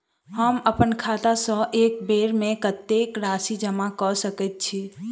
हम अप्पन खाता सँ एक बेर मे कत्तेक राशि जमा कऽ सकैत छी?